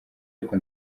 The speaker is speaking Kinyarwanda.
ariko